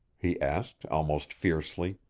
he asked almost fiercely.